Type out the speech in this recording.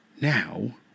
Now